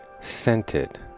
scented